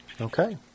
Okay